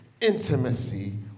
intimacy